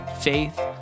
faith